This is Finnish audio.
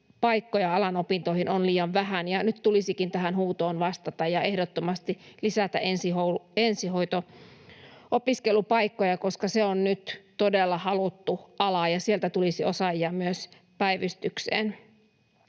opetuspaikkoja alan opintoihin on liian vähän. Nyt tulisikin tähän huutoon vastata ja ehdottomasti lisätä ensihoito-opiskelupaikkoja, koska se on nyt todella haluttu ala ja sieltä tulisi osaajia myös päivystykseen.